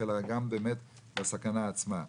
אלא גם באמת בסכנה עצמה.